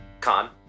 Con